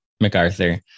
MacArthur